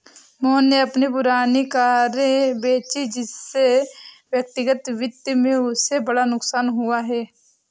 मोहन ने अपनी पुरानी कारें बेची जिससे व्यक्तिगत वित्त में उसे बड़ा नुकसान नहीं हुआ है